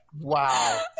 Wow